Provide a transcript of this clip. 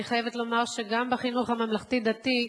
אני חייבת לומר שגם בחינוך הממלכתי-דתי,